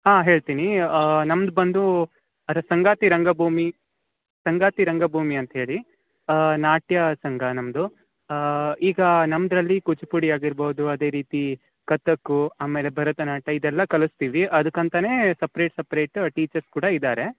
ಹಾಂ ಹೇಳ್ತೀನಿ ನಮ್ದು ಬಂದೂ ಅದೇ ಸಂಗಾತಿ ರಂಗಭೂಮಿ ಸಂಗಾತಿ ರಂಗಭುಮಿ ಅಂತ್ಹೇಳಿ ನಾಟ್ಯ ಸಂಘ ನಮ್ಮದು ಈಗ ನಮ್ಮದ್ರಲ್ಲಿ ಕೂಚಿಪುಡಿ ಆಗಿರ್ಬೋದು ಅದೇ ರೀತಿ ಕಥಕ್ಕು ಆಮೇಲೆ ಭರತನಾಟ್ಯ ಇದೆಲ್ಲ ಕಲಿಸ್ತೀವಿ ಅದಕ್ಕೆ ಅಂತಲೇ ಸಪ್ರೇಟ್ ಸಪ್ರೇಟ ಟೀಚರ್ಸ್ ಕೂಡ ಇದ್ದಾರೆ